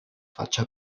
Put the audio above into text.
faccia